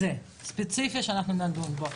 הספציפי שאנחנו נדון בו.